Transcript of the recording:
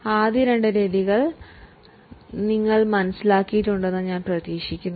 അങ്ങനെ ആദ്യ രണ്ട് രീതികൾ നിങ്ങൾ മനസ്സിലായിട്ടുണ്ടെന്നു ഞാൻ പ്രതീക്ഷിക്കുന്നു